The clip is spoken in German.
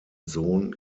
sohn